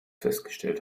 festgestellt